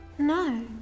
No